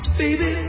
baby